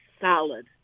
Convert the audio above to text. solid